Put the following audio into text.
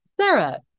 Sarah